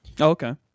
Okay